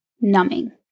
numbing